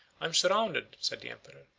i am surrounded, said the emperor,